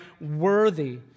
worthy